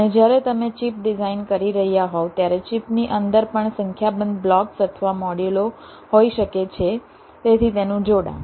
અને જ્યારે તમે ચિપ ડિઝાઇન કરી રહ્યા હોવ ત્યારે ચિપની અંદર પણ સંખ્યાબંધ બ્લોક્સ અથવા મોડ્યુલો હોઈ શકે છે તેથી તેનું જોડાણ